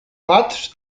patrz